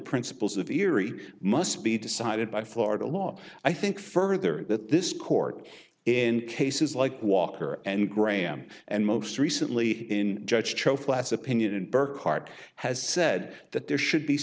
principles of erie must be decided by florida law i think further that this court in cases like walker and graham and most recently in judge cho flass opinion and burkhardt has said that there should be